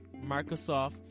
microsoft